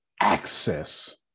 access